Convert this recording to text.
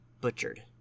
butchered